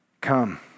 Come